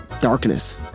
darkness